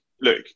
look